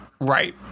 right